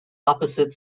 opposite